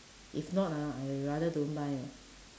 if not ah I rather don't buy ah